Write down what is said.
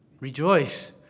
rejoice